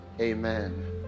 amen